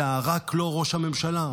זה רק לא ראש הממשלה,